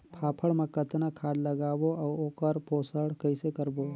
फाफण मा कतना खाद लगाबो अउ ओकर पोषण कइसे करबो?